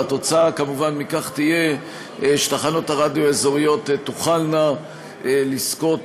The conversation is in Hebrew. והתוצאה כמובן תהיה שתחנות הרדיו האזוריות תוכלנה לזכות